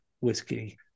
whiskey